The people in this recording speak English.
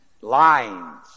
lines